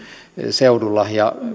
seudulla ja